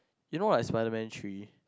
you know like spiderman three